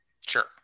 Sure